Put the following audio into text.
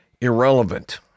irrelevant